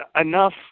enough